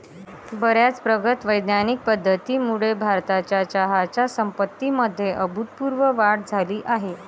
बर्याच प्रगत वैज्ञानिक पद्धतींमुळे भारताच्या चहाच्या संपत्तीमध्ये अभूतपूर्व वाढ झाली आहे